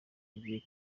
ugiye